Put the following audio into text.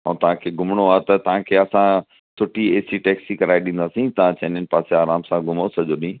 ऐं तव्हांखे घुमिणो आहे त तव्हांखे असां सुठी ए सी टैक्सी कराए ॾींदासीं तव्हां चइनिनि पासे आरामु सां घुमो सॼो ॾींहुं